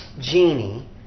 genie